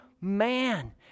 man